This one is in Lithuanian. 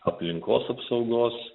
aplinkos apsaugos